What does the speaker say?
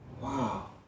Wow